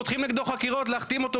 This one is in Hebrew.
פותחים נגדו חקירות להכתים אותו,